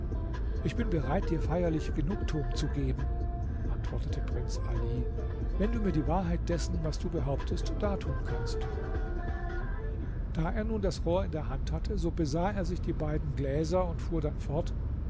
ich bin bereit dir feierliche genugtuung zu geben antwortete prinz ali wenn du mir die wahrheit dessen was du behauptest dartun kannst da er nun das rohr in der hand hatte so besah er sich die beiden gläser und fuhr dann fort